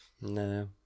No